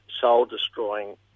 soul-destroying